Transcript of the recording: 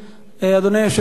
אדוני היושב-ראש,